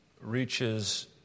reaches